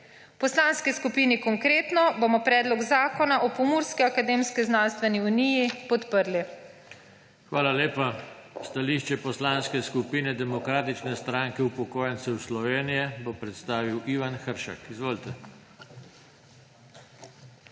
Poslanski skupini Konkretno bomo Predlog zakona o Pomurski akademsko-znanstveni uniji podprli. PODPREDSEDNIK JOŽE TANKO: Hvala lepa. Stališče Poslanske skupine Demokratične stranke upokojencev Slovenije bo predstavil Ivan Hršak. Izvolite. IVAN